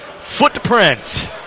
Footprint